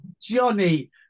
Johnny